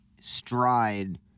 stride